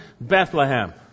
Bethlehem